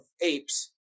apes